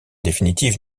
définitive